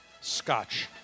scotch